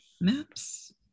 maps